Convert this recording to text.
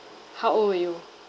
how old were you